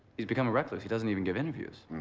he's become reckless. he doesn't even give interviews.